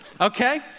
Okay